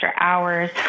hours